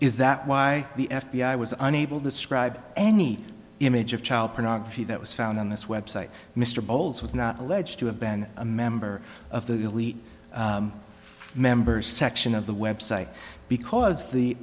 is that why the f b i was unable to scribe any image of child pornography that was found on this web site mr bowles was not alleged to have been a member of the elite members section of the website because the